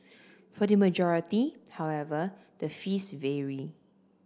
for the majority however the fees vary